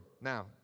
Now